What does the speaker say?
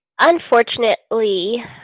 unfortunately